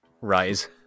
Rise